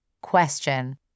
Question